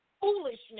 foolishness